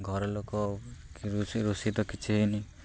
ଘର ଲୋକ କି ରୋଷେଇ ରୋଷେଇ ତ କିଛି ହେଇନି